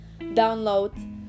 download